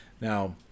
Now